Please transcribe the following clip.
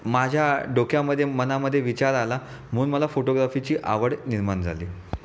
माझ्या डोक्यामध्ये मनामध्ये विचार आला म्हणून मला फोटोग्राफीची आवड निर्माण झाली